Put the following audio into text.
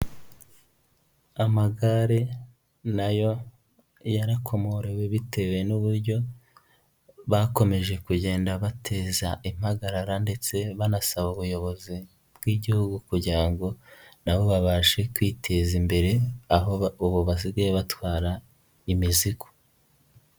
Amagare na yo yarakomorewe bitewe n'uburyo bakomeje kugenda bateza impagarara ndetse banasaba ubuyobozi bw'Igihugu kugira ngo na bo babashe kwiteza imbere aho ubu basigaye batwara imizigo.